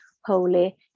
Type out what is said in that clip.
holy